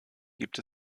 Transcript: gibt